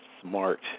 smart